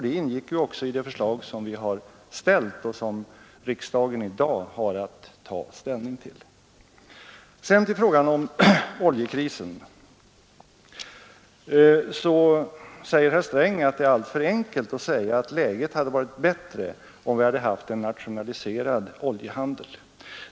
Det ingår också i det förslag som vi har ställt och som riksdagen i dag har att ta ställning till. Sedan till frågan om oljekrisen. Herr Sträng förklarar att det är alldeles för enkelt att säga att läget hade varit bättre om vi haft en nationaliserad oljehandel.